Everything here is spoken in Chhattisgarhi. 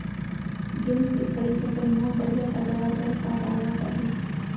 गेहूँ के खड़ी फसल मा बढ़िया पैदावार बर का डालना चाही?